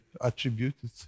attributed